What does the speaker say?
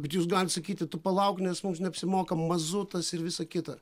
bet jūs galite sakyt tu palauk nes mums neapsimoka mazutas ir visa kita